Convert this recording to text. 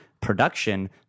production